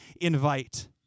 invite